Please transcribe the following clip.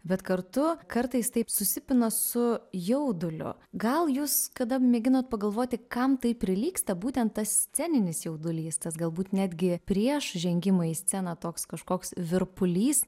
bet kartu kartais taip susipina su jauduliu gal jūs kada mėginot pagalvoti kam tai prilygsta būtent tas sceninis jaudulys tas galbūt netgi prieš žengimą į sceną toks kažkoks virpulys